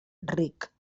ric